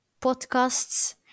podcasts